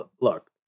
look